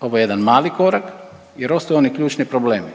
ovo je jedan mali korak jer ostaju oni ključni problemi.